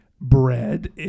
bread